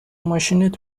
ماشینت